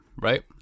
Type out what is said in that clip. right